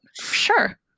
sure